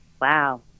Wow